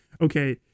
okay